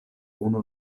unu